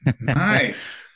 Nice